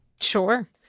Sure